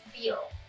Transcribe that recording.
feel